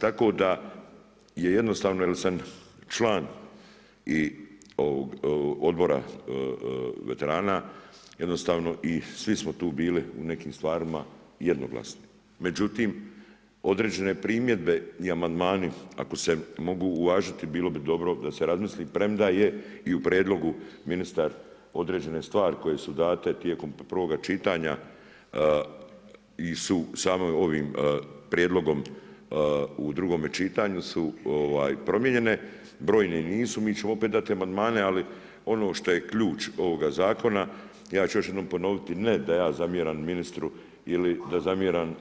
Tako da je jednostavno jer sam član odbora veterana i jednostavno svi smo tu bili u nekim stvarima jednoglasni međutim određene primjedbe i amandmani ako se mogu uvažiti bilo bi dobro da se razmisli premda je i u prijedlogu ministar, određene stvari koje su date tijekom prvoga čitanja su same ovim prijedlogom u drugome čitanju promijenjene, brojne nisu, mi ćemo opet dati amandmane, ali ono što je ključ ovoga zakona, ja ću jednom ponoviti, ne da ja zamjeram ministru ili da zamjeram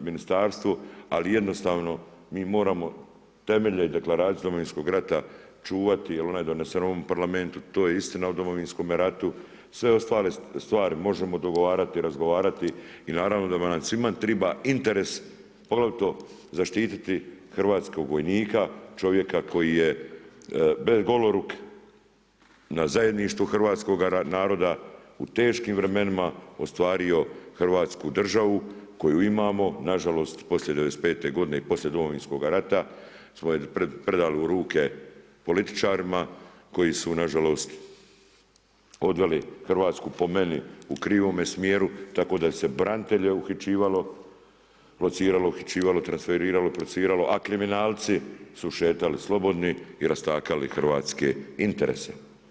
ministarstvu ali jednostavno mi moramo temelje deklaracije Domovinskog rata čuvati jer onda je donesena u ovom Parlamentu, to je istina o Domovinskom ratu, sve ostale stvari možemo dogovarati, razgovarati i naravno da svima treba interes poglavito zaštiti hrvatskog vojnika, čovjeka koji je bez goloruk, na zajedništvu hrvatskoga naroda, u teškim vremenima ostvario Hrvatsku državu, koju imamo, nažalost, poslije '95. g. i polije Domovinskoga rata smo ju predali u ruke političarima, koju su nažalost, odveli Hrvatsku po meni u krivome smjeru, tako da se branitelje uhićivalo, lociralo, uhićivalo, transferiralo, prociralo, a kriminalci, su šetali slobodni i rastakali hrvatske interese.